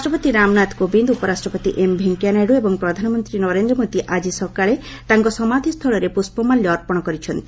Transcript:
ରାଷ୍ଟ୍ରପତି ରାମନାଥ କୋବିନ୍ଦ ଉପରାଷ୍ଟ୍ରପତି ଏମ୍ ଭେଙ୍କେୟାନାଇଡ଼ୁ ଏବଂ ପ୍ରଧାନମନ୍ତ୍ରୀ ନରେନ୍ଦ ମୋଦି ଆଜି ସକାଳେ ତାଙ୍କ ସମାଧୀସ୍ଥଳରେ ପୁଷ୍ପମାଲ୍ୟ ଅର୍ପଣ କରିଛନ୍ତି